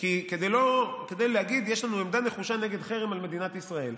כדי להגיד: יש לנו עמדה נחושה נגד חרם על מדינת ישראל,